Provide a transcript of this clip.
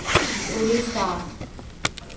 Orissa